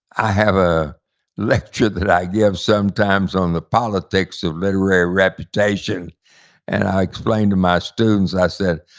i have a lecture that i give sometimes on the politics of literary reputation and i explain to my students, i said,